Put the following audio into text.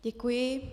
Děkuji.